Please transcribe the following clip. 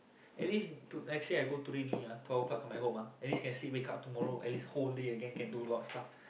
at least to let's say today I go today drink ah twelve O-clock come back home ah at least can sleep wake up tomorrow at least whole day again can do a lot of stuff